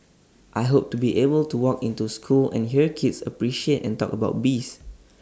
I hope to be able to walk into school and hear kids appreciate and talk about bees